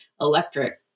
electric